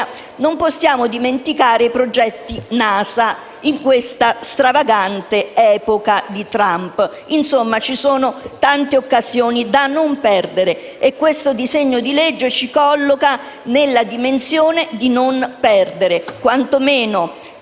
non possiamo dimenticare i progetti NASA in questa stravagante epoca di Trump. Insomma, ci sono tante occasioni da non perdere, e il disegno di legge in discussione ci colloca nella dimensione di non perdere quantomeno